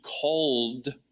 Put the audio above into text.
called